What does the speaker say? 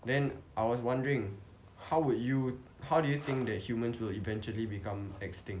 then I was wondering how would you how do you think that humans will eventually become extinct